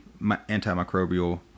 antimicrobial